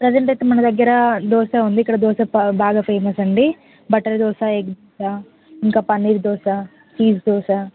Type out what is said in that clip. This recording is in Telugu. ప్రజెంట్ అయితే మన దగ్గర దోశ ఉంది ఇక్కడ దోశ బాగా ఫేమస్ అండి బటర్ దోశ ఎగ్ దోశ ఇంకా పన్నీర్ దోశ చీజ్ దోశ